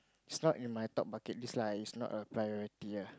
it's not in my top bucket list lah it's not a priority ah